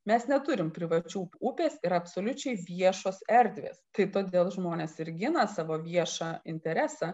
mes neturim privačių upės yra absoliučiai viešos erdvės tai todėl žmonės ir gina savo viešą interesą